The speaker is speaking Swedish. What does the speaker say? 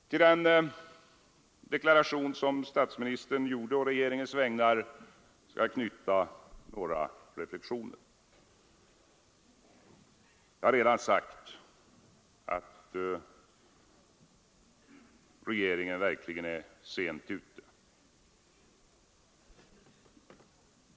Till den deklaration som statsministern gjorde på regeringens vägnar skall jag knyta några reflexioner. Jag har redan sagt att regeringen verkligen är sent ute.